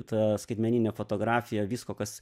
ta skaitmeninė fotografija visko kas